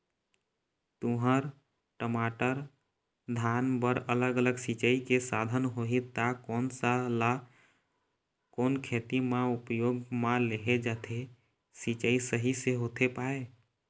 तुंहर, टमाटर, धान बर अलग अलग सिचाई के साधन होही ता कोन सा ला कोन खेती मा उपयोग मा लेहे जाथे, सिचाई सही से होथे पाए?